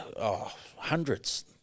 Hundreds